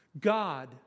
God